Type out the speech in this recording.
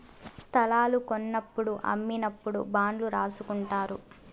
స్తలాలు కొన్నప్పుడు అమ్మినప్పుడు బాండ్లు రాసుకుంటారు